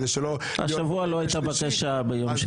כדי שלא --- השבוע לא הייתה בקשה ביום שלישי.